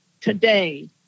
today